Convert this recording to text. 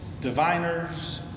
diviners